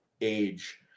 age